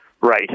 Right